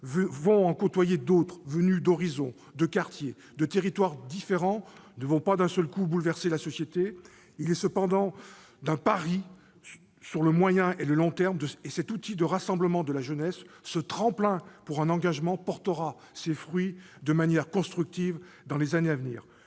vont en côtoyer d'autres venus d'horizons, de quartiers, de territoires différents ne vont pas d'un seul coup bouleverser la société. Il s'agit cependant d'un pari sur le moyen et le long terme. Cet outil de rassemblement de la jeunesse, ce tremplin pour un engagement, portera ses fruits de manière constructive dans les années à venir.